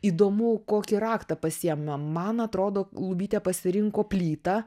įdomu kokį raktą pasiemam man atrodo lubytė pasirinko plytą